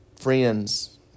friends